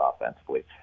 offensively